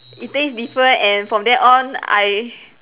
it taste different and from then on I